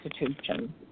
institution